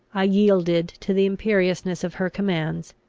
i yielded to the imperiousness of her commands,